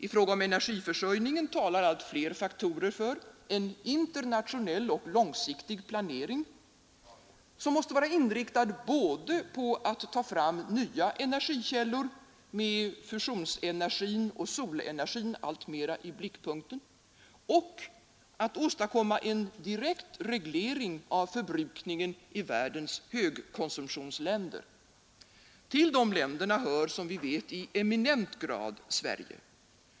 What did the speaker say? I fråga om energiförsörjningen talar allt fler faktorer för en internationell och långsiktig planering, som måste vara inriktad både på att ta fram nya energikällor — med fusionsenergin och solenergin alltmer i blickpunkten — och att åstadkomma en direkt reglering av förbrukningen i världens högkonsumtionsländer. Till dessa länder hör i eminent grad Sverige.